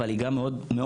אבל היא גם מאוד מעודדת,